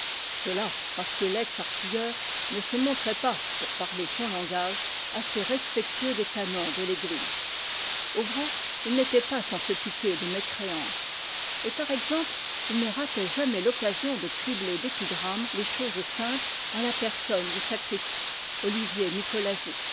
cela parce que lex artilleur ne se montrait pas pour parler son langage assez respectueux des canons de l'église au vrai il n'était pas sans se piquer de mécréance et par exemple il ne ratait jamais l'occasion de cribler d'épigrammes les choses saintes en la personne du sacriste olivier